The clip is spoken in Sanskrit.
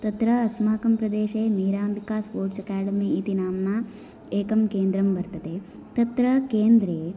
तत्र अस्माकं प्रदेशे मिराम्बिका स्पोर्ट्स् एकाडमी इति नाम्ना एकं केन्द्रं वर्तते तत्र केन्द्रे